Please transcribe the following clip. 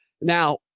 Now